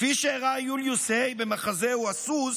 כפי שהראה יוליוס היי במחזהו "הסוס",